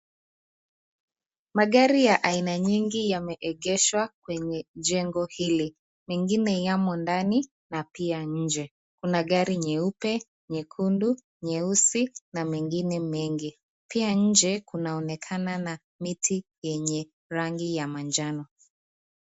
Magari ya aina nyingi yameegeshwa kwenye jengo hili. Mengine yamo ndani na pia nje. Kuna gari nyeupe, nyekundu, nyeusi na mengine mengi. Pia nje kunaonekana na miti yenye rangi ya manjano.